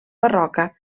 barroca